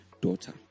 daughter